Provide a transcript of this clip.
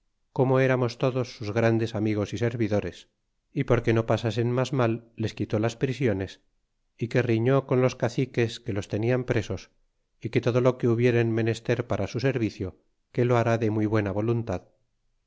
como eramos todos sus grandes amigos y servidores y porque no pasasen mas mal les quitó las prisiones y que riñó con los caciques que los tenian presos y que todo lo que hubieren menester para su servicio que lo hará de muy buena voluntad